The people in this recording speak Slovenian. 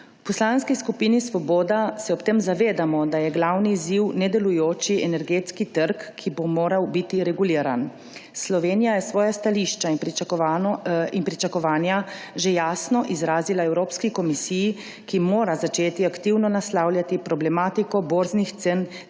V Poslanski skupini Svoboda se ob tem zavedamo, da je glavni izziv nedelujoči energetski trg, ki bo moral biti reguliran. Slovenija je svoje stališča in pričakovanja že jasno izrazila Evropski komisiji, ki mora začeti aktivno naslavljati problematiko borznih cen, ki